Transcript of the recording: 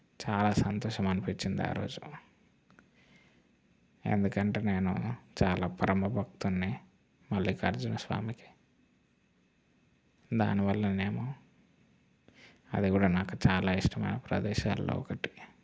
చాలా సంతోషం అనిపించింది ఆరోజు ఎందుకంటే నేను చాలా పరమ భక్తున్ని మల్లికార్జున స్వామికి దానివల్లనే ఏమో అది కూడా నాకు చాలా ఇష్టమైన ప్రదేశాలలో ఒకటి